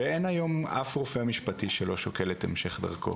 ואין היום אף רופא משפטי שלא שוקל את המשך דרכו.